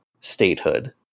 statehood